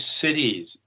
cities